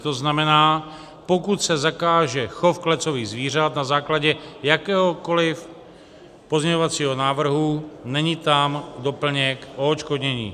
To znamená, pokud se zakáže chov klecových zvířat na základě jakéhokoliv pozměňovacího návrhu, není tam doplněk o odškodnění.